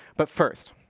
but first,